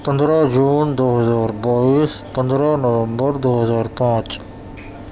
پندرہ جون دو ہزار بائیس پندرہ نومبر دو ہزار پانچ